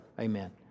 Amen